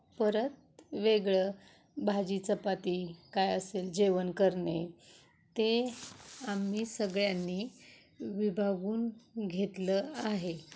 परत वेगळं भाजी चपाती काय असेल जेवण करणे ते आम्ही सगळ्यांनी विभागून घेतलं आहे